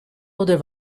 oder